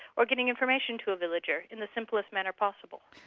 or giving information to a villager in the simplest manner possible.